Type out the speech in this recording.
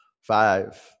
Five